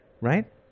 Right